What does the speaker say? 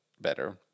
better